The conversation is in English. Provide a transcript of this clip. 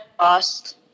lost